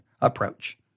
approach